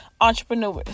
entrepreneurs